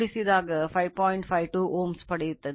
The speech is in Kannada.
52 Ω ಪಡೆಯುತ್ತದೆ